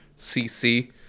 CC